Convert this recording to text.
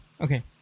Okay